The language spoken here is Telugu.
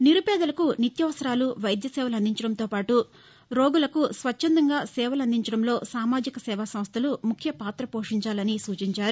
నిరుపేదలకు నిత్యావసరాలు వైద్య సేవలు అందించడంతో పాటు రోగులకు స్వచ్చందంగా సేవలు అందిచడంలో సామాజిక సేవా సంస్థలు ముఖ్య పాత పోషించాలని సూచించారు